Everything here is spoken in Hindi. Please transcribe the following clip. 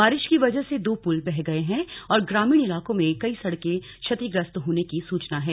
बारिश की वजह से दो पुल बह गये हैं और ग्रामीण इलाकों में कई सड़कें क्षतिग्रस्त होने की सूचना है